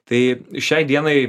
tai šiai dienai